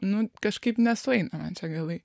nu kažkaip nesueina man galai